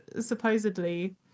supposedly